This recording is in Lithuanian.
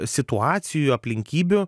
situacijų aplinkybių